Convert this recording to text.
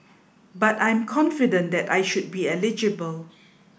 but I'm confident that I should be eligible